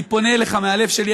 אני פונה אליך מהלב שלי,